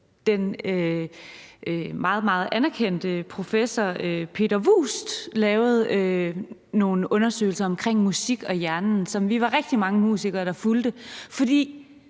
meget anerkendte professor Peter Vuust lavede nogle undersøgelser om musik og hjernen, som vi var rigtig mange musikere der fulgte.